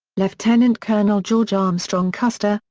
lieutenant colonel george armstrong custer,